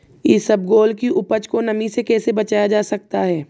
इसबगोल की उपज को नमी से कैसे बचाया जा सकता है?